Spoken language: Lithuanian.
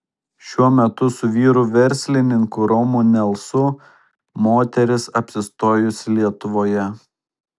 šiuo metu su vyru verslininku romu nelsu moteris apsistojusi lietuvoje